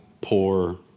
poor